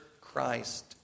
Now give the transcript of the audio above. Christ